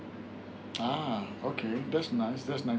uh okay that's nice that's nice to know